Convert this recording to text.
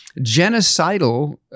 genocidal